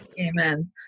Amen